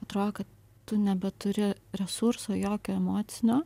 atro kad tu nebeturi resurso jokio emocinio